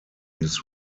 his